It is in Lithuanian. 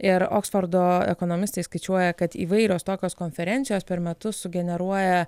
ir oksfordo ekonomistai skaičiuoja kad įvairios tokios konferencijos per metus sugeneruoja